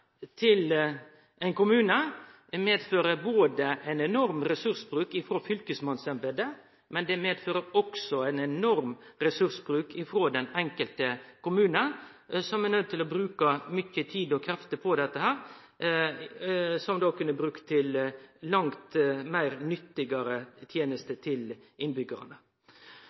både ein enorm ressursbruk frå fylkesmannsembetet og ein enorm ressursbruk frå den enkelte kommune – som er nøydd til å bruke mykje tid og krefter på dette som dei kunne ha brukt til langt meir nyttige tenester til